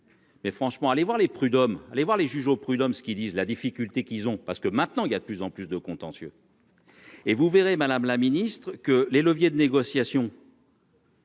Mais franchement, aller voir les prud'hommes, aller voir les juges aux prud'hommes ce qui disent la difficulté qu'ils ont parce que maintenant il y a de plus en plus de contentieux. Et vous verrez, madame la Ministre, que les leviers de négociation.